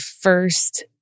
first